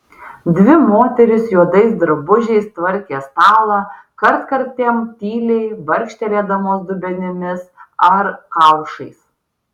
dvi moterys juodais drabužiais tvarkė stalą kartkartėm tyliai barkštelėdamos dubenimis ar kaušais